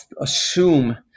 assume